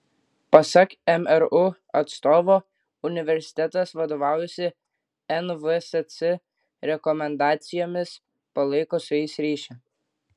pasak mru atstovo universitetas vadovaujasi nvsc rekomendacijomis palaiko su jais ryšį